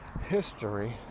history